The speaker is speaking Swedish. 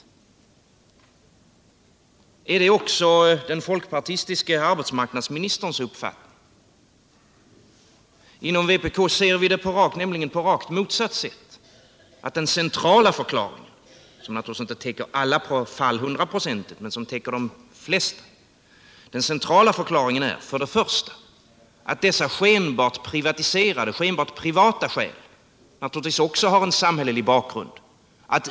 Är detta också den folkpartistiske arbetsmarknadsministerns uppfattning? Inom vpk ser vi det nämligen på rakt motsatt sätt, att den centrala förklaringen — som naturligtvis inte täcker alla fall hundraprocentigt men som täcker de flesta — är en helt annan. För det första har dessa skenbart privata skäl naturligtvis en samhällelig bakgrund.